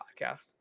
Podcast